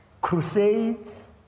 Crusades